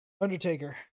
Undertaker